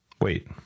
Wait